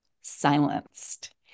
silenced